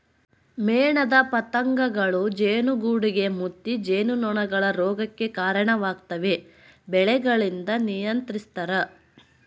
ಮೇಣದ ಪತಂಗಗಳೂ ಜೇನುಗೂಡುಗೆ ಮುತ್ತಿ ಜೇನುನೊಣಗಳ ರೋಗಕ್ಕೆ ಕರಣವಾಗ್ತವೆ ಬೆಳೆಗಳಿಂದ ನಿಯಂತ್ರಿಸ್ತರ